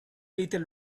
little